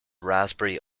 raspberry